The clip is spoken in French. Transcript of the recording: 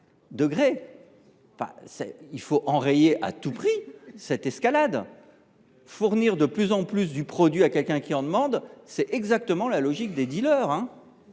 degrés. Il faut à tout prix enrayer cette escalade ! Fournir de plus en plus de produits à quelqu’un qui en demande, c’est exactement la logique des dealers.